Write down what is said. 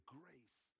grace